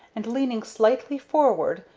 and leaning slightly forward,